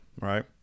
right